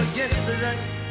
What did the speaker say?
yesterday